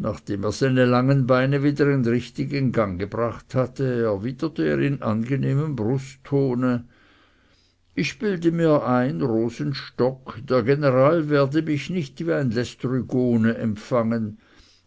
nachdem er seine langen beine wieder in richtigen gang gebracht hatte erwiderte er in angenehmem brusttone ich bilde mir ein rosenstock der general werde mich nicht wie ein lästrygone empfangen